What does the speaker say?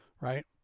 right